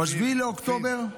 ב-7 באוקטובר,